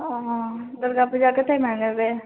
हँ दुर्गापूजा हेतै ताहिमे एबै